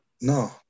no